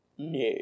No